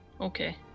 Okay